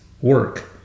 work